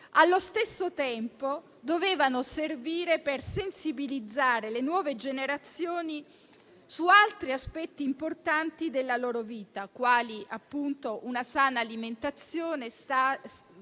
Allo stesso tempo, dovevano servire per sensibilizzare le nuove generazioni su altri aspetti importanti della loro vita, quali appunto una sana alimentazione,